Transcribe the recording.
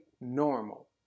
normal